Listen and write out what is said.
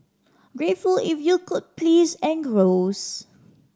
grateful if you could please engross